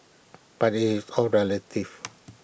but IT is all relative